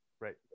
Right